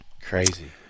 Crazy